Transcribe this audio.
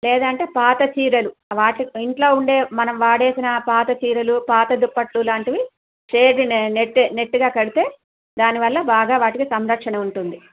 లేదంటే పాత చీరలు వాటిపై ఇంట్లో ఉండే మనం వాడేసిన పాత చీరలు పాత దుప్పట్లు లాంటివి నెట్టు నెట్టుగా కడితే దానివల్ల బాగా వాటికి సంరక్షణ ఉంటుంది